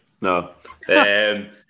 No